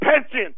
Pension